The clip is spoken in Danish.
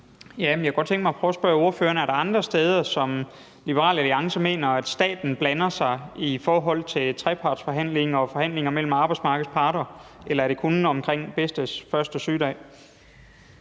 Jeg kunne godt tænke mig at prøve at spørge ordføreren: Er der andre steder, hvor Liberal Alliance mener staten blander sig i forhold til trepartsforhandlinger og forhandlinger mellem arbejdsmarkedets parter, eller er det kun omkring bedstes første sygedag?